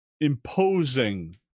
imposing